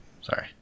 Sorry